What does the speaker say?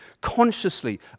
consciously